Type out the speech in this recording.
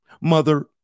mother